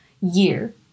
year